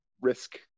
risk